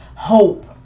hope